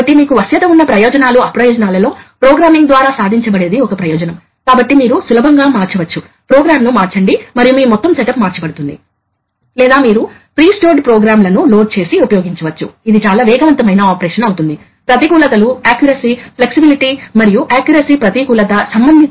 కాబట్టి ఖచ్చితంగా అది చూపబడింది కాబట్టి మీరు ఈ ప్రెజర్ A మరియు ప్రెజర్ B లను సెన్సింగ్ చేస్తారు ఆపై మీరు ఈ వాల్వ్ను నడపడానికి తగిన లాజిక్ ఉపయోగించాలి తద్వారా కొంత మొత్తం ప్రెజర్ ఫోర్స్ అభివృద్ధి చేయబడింది